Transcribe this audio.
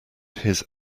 his